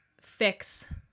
fix